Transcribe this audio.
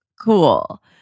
cool